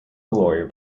lawyer